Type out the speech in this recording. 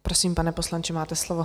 Prosím, pane poslanče, máte slovo.